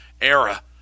era